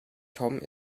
tom